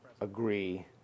agree